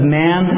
man